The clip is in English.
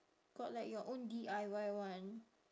got like your own D_I_Y [one]